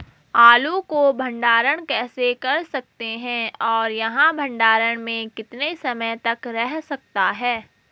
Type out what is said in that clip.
आलू को भंडारण कैसे कर सकते हैं और यह भंडारण में कितने समय तक रह सकता है?